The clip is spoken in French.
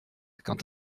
quand